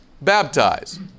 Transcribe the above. baptize